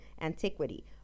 antiquity